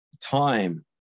time